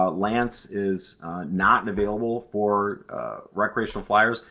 ah laanc is not and available for recreational flyers,